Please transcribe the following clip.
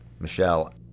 Michelle